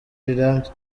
rirambye